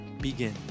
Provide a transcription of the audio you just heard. begin